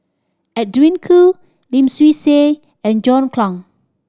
Edwin Koo Lim Swee Say and John Clang